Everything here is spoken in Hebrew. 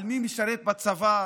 על מי משרת בצבא.